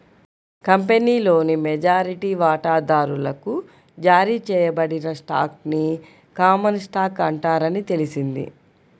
కంపెనీలోని మెజారిటీ వాటాదారులకు జారీ చేయబడిన స్టాక్ ని కామన్ స్టాక్ అంటారని తెలిసింది